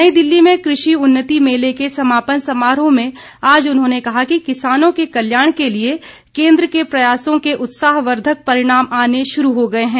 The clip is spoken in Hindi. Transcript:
नई दिल्ली में कृषि उन्नति मेले के समापन समारोह में आज उन्होंने कहा कि किसानों के कल्याण के लिए केन्द्र के प्रयासों के उत्साहवर्धक परिणाम आने शुरू हो गये हैं